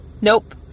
Nope